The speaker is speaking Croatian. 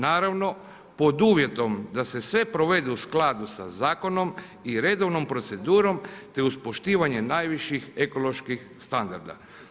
Naravno, pod uvjetom da se sve provede u skladu sa zakonom i redovnom procedurom te uz poštivanje najviših ekoloških standarda.